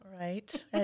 Right